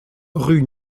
rue